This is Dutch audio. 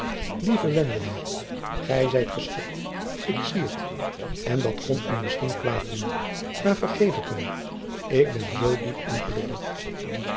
lieve wendela gy zijt geschokt ik zie het en dat kon u misschien kwaad doen maar vergeef het my ik ben zoo diep ongelukkig